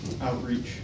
Outreach